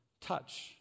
touch